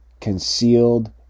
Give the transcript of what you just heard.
concealed